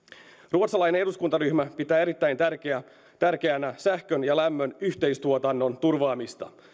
ruotsalainen eduskuntaryhmä pitää erittäin tärkeänä sähkön ja lämmön yhteistuotannon turvaamista